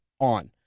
on